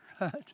Right